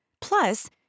Plus